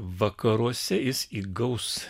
vakaruose jis įgaus